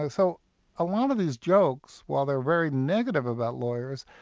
ah so a lot of these jokes, while they're very negative about lawyers,